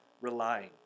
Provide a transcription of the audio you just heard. relying